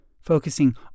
focusing